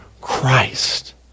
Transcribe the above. Christ